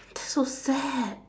it's so sad